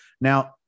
now